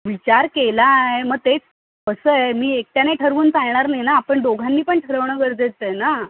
विचार केलाय मग तेच कसंय मी एकट्याने ठरवून चालणार नाही ना आपण दोघांनी पण ठरवणं गरजेचंय ना